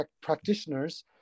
practitioners